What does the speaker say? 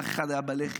ואח אחד היה בלח"י,